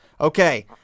Okay